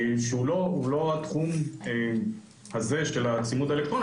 שהוא לא התחום הזה של הצימוד האלקטרוני,